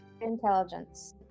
Intelligence